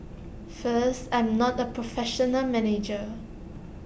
first I'm not A professional manager